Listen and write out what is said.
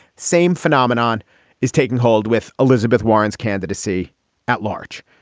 same phenomenon is taking hold with elizabeth warren's candidacy at large.